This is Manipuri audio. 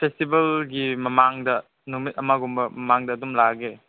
ꯐꯦꯁꯇꯤꯕꯦꯜꯒꯤ ꯃꯃꯥꯡꯗ ꯅꯨꯃꯤꯠ ꯑꯃꯒꯨꯝꯕ ꯃꯃꯥꯡꯗ ꯑꯗꯨꯝ ꯂꯥꯛꯑꯒꯦ